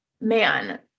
man